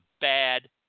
bad